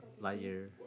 Lightyear